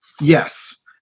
Yes